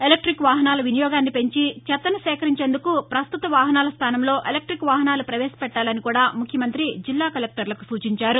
electric వాహనాల వినియోగాన్ని పెంచిచెత్తను సేకరించేందుకు పస్తుత వాహనాల స్థాసంలో ఎలక్ష్లిక్ వాహనాలు పవేశపెట్టాలని కూడా ముఖ్యమంతి జిల్లా కలెక్టర్లకు సూచించారు